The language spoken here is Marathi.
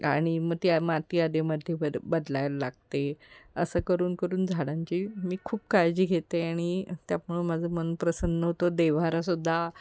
आणि मग त्या माती अधेमध्ये बद बदलायला लागते असं करून करून झाडांची मी खूप काळजी घेते आणि त्यामुळं माझं मन प्रसन्न होतं देव्हारा सुद्धा